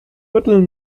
viertel